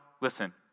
listen